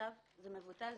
עכשיו זה מבוטל,